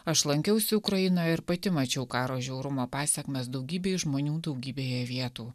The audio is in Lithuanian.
aš lankiausi ukrainoje ir pati mačiau karo žiaurumo pasekmes daugybei žmonių daugybėje vietų